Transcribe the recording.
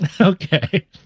Okay